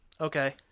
Okay